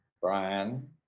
Brian